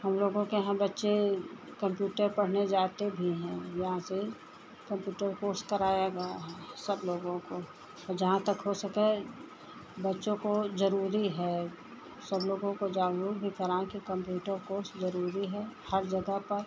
हम लोगों के यहाँ बच्चे कंप्यूटर पढ़ने जाते भी हैं यहाँ से कंप्यूटर कोर्स कराया गया है सब लोगों को और जहाँ तक हो सके बच्चों को ज़रूरी है सब लोगों को जागरुक भी कराकर कंप्यूटर कोर्स ज़रूरी है हर जगह पर